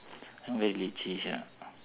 very leceh sia